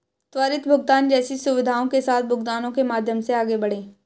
त्वरित भुगतान जैसी सुविधाओं के साथ भुगतानों के माध्यम से आगे बढ़ें